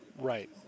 Right